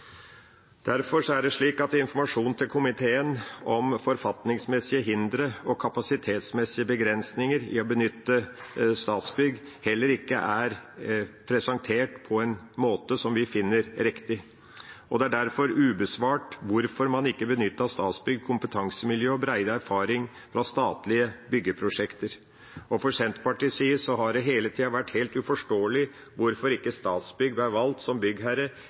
Derfor er det slik at informasjon til komiteen om forfatningsmessige hindre og kapasitetsmessige begrensninger i å benytte Statsbygg heller ikke er presentert på en måte som vi finner riktig, og det er derfor ubesvart hvorfor man ikke benyttet Statsbyggs kompetansemiljø og brede erfaring fra statlige byggeprosjekter. Fra Senterpartiets side har det hele tida vært helt uforståelig hvorfor ikke Statsbygg ble valgt som byggherre